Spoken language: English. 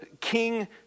king